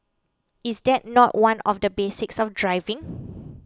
is that not one of the basics of driving